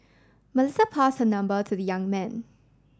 Melissa pass her number to the young man